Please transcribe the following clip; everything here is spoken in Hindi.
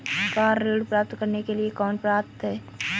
कार ऋण प्राप्त करने के लिए कौन पात्र है?